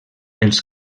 els